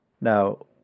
Now